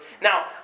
Now